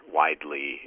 widely